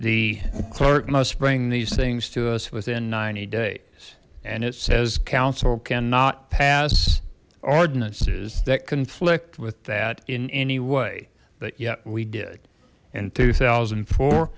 clerk must bring these things to us within ninety days and it says counsel cannot pass ordinances that conflict with that in any way but yet we did in two thousand